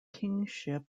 kingship